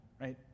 right